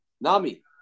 Nami